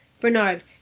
Bernard